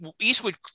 Eastwood